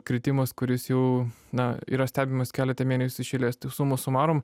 kritimas kuris jau na yra stebimas keletą mėnesių iš eilės tai suma sumarum